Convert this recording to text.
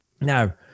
now